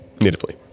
natively